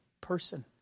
person